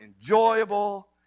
enjoyable